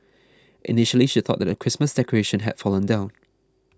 initially she thought that a Christmas decoration had fallen down